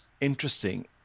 interesting